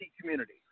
community